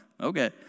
Okay